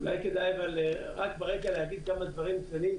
אולי כדאי רק ברגע להגיד כמה דברים כלליים,